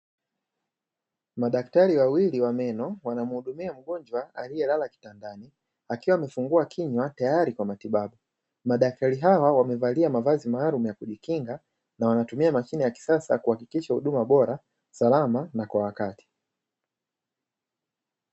Madaktari wawili wa meno wanamhudumia mgonjwa aliyelala kitandani akiwa amefungua kinywa tayari kwa matibabu, madaktari hawa wamevalia mavazi maalumu ya kujikinga na wanatumia mashine ya kisasa kuhakikisha huduma bora, salama na kwa wakati.